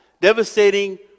devastating